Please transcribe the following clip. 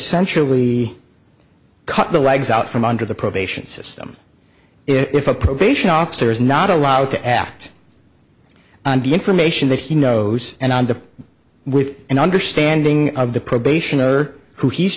essentially cut the legs out from under the probation system if a probation officer is not allowed to act on the information that he knows and on the with an understanding of the probation or who he's